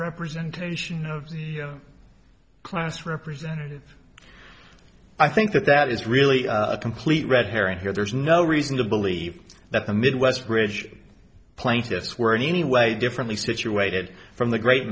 representation class representative i think that that is really a complete red herring here there is no reason to believe that the midwest bridge plaintiffs were in any way differently situated from the great